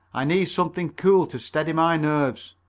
i need something cool to steady my nerves.